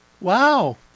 wow